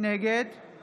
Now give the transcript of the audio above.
נגד אביר קארה, נגד